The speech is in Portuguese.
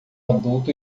adulto